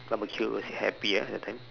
barbecue was happy at the time